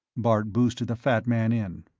bart boosted the fat man in.